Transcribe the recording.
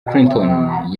clinton